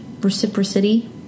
reciprocity